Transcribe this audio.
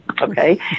okay